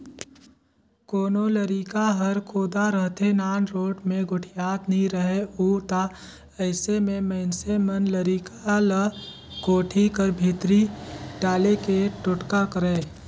कोनो लरिका हर कोदा रहथे, नानरोट मे गोठियात नी रहें उ ता अइसे मे मइनसे मन लरिका ल कोठी कर भीतरी डाले के टोटका करय